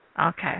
Okay